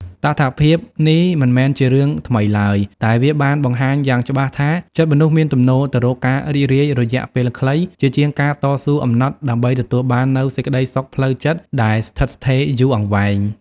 តថភាពនេះមិនមែនជារឿងថ្មីឡើយ តែវាបានបង្ហាញយ៉ាងច្បាស់ថា ចិត្តមនុស្សមានទំនោរទៅរកការរីករាយរយៈពេលខ្លី ជាជាងការតស៊ូអំណត់ ដើម្បីទទួលបាននូវសេចក្តីសុខផ្លូវចិត្តដែលស្ថិតស្ថេរយូរអង្វែង។